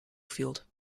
field